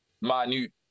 minute